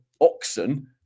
oxen